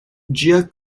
ĝia